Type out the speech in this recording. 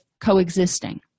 coexisting